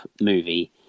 movie